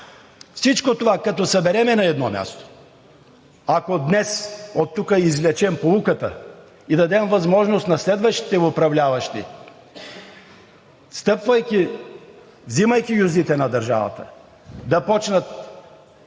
всичко това на едно място, ако днес оттук извлечем поуката и дадем възможност на следващите управляващи, стъпвайки, взимайки юздите на държавата, да започнат